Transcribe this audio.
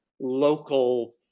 local